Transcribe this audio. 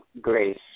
Grace